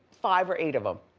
five or eight of them.